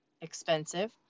expensive